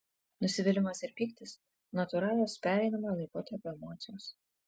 nusivylimas ir pyktis natūralios pereinamojo laikotarpio emocijos